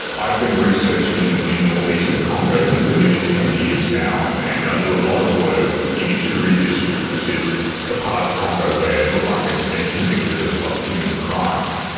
i've been researching in in northeastern congo for for nearly ten years now and and i do a lot of work in ituri district, which is the part of congo where lubanga's been convicted of of committing crimes.